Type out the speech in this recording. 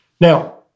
Now